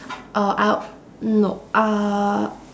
uh I'll no uh